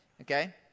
Okay